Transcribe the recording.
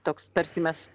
toks tarsi mes